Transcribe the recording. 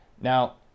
Now